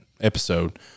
episode